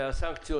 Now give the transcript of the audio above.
והסנקציות,